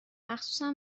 مخصوصا